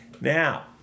now